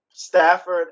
Stafford